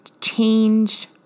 change